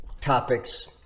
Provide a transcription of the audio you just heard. topics